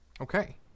Okay